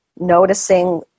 noticing